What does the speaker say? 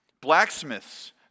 Blacksmiths